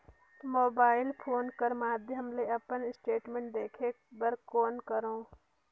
Mobile phone कर माध्यम ले अपन स्टेटमेंट देखे बर कौन करों?